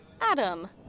Adam